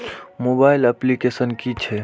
Mobile application कि छै?